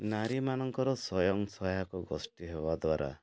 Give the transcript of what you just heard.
ନାରୀମାନଙ୍କର ସ୍ଵୟଂ ସହାୟକ ଗୋଷ୍ଠୀ ହେବା ଦ୍ୱାରା